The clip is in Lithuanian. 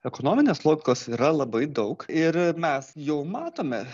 ekonominės logikos yra labai daug ir mes jau matome